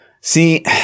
see